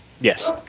Yes